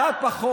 מה קרה לך?